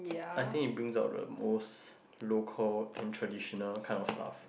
I think it's bring up the most local and traditional kind of stuff